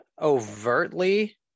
Overtly